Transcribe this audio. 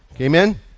Amen